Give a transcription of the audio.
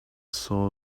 soul